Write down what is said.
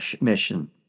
mission